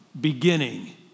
beginning